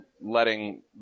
letting